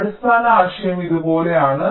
അതിനാൽ അടിസ്ഥാന ആശയം ഇതുപോലെയാണ്